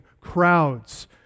crowds